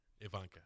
Ivanka